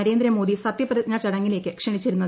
നരേന്ദ്രമോദി സത്യപ്രതിജ്ഞാ ചടങ്ങിലേയ്ക്ക് ക്ഷണിച്ചിരുന്നത്